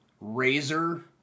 Razor